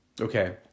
Okay